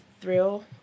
thrill